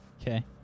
Okay